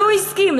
והוא הסכים,